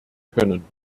können